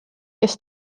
kes